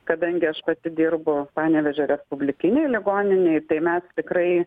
kadangi aš pati dirbu panevėžio respublikinėj ligoninėj tai mes tikrai